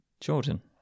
Jordan